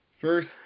first